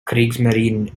kriegsmarine